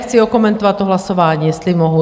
Chci okomentovat to hlasování, jestli mohu.